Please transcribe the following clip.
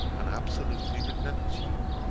and absolutely renounce you.